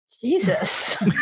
Jesus